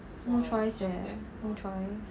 no choice leh no choice